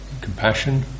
compassion